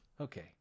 Okay